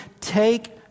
take